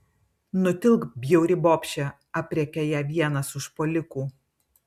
nutilk bjauri bobše aprėkia ją vienas užpuolikų